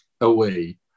away